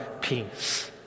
peace